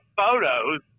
photos